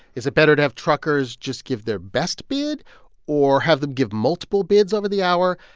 is it better to have truckers just give their best bid or have them give multiple bids over the hour?